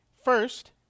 First